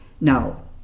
Now